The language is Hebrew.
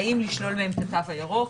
אם לשלול מהם את התו הירוק.